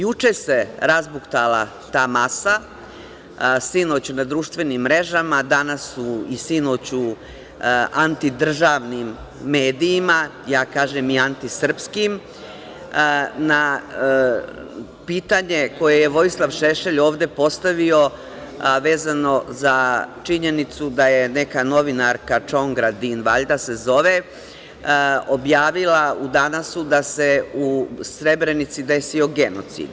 Juče se razbuktala ta masa, sinoć na društvenim mrežama, danas i sinoć u antidržavnim medijima, ja kažem i antisrpskim, na pitanje koje je Vojislav Šešelj ovde postavio vezano za činjenicu da je neka novinarka Čongradin, valjda se zove, objavila u „Danas-u“, da se u Srebrenici desio genocid.